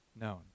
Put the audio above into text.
known